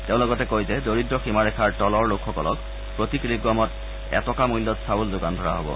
তেওঁ লগতে কয় যে দৰিদ্ৰ সীমাৰেখাৰ তলৰ লোকসকলক প্ৰতি কিলোগ্ৰামত এটকা মূল্যত চাউল যোগান ধৰা হব